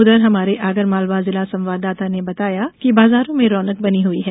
उधर हमारे आगरमालवा जिला संवाददाता ने बताया कि बाजारों में रौनक बनी हुई है